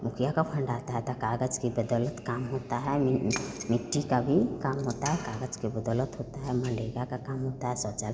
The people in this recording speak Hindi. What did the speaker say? मुखिया का फण्ड आता तो काग़ज़ की बदोलत काम होता है मिट्टी का भी काम होता है काग़ज़ का बदौलत होता है मनरेगा का काम होता है शौचालय